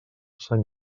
sant